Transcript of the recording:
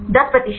10 प्रतिशत